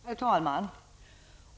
Herr talman!